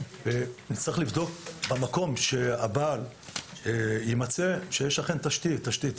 במקום שהבעל יימצא צריך לבדוק שיש אכן תשתית